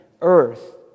earth